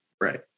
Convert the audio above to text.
Right